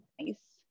Nice